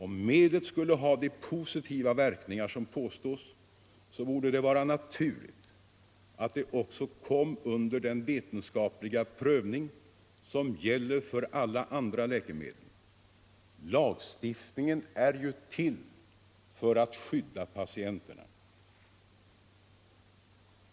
Om medlet skulle ha de positiva verkningar som påstås borde det vara naturligt att det kommer under den vetenskapliga prövning som alla andra läkemedel underkastas. Lagstiftningen är ju till för att skydda patienterna.